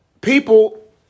People